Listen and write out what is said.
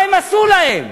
מה הם עשו להם?